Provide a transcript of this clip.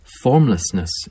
formlessness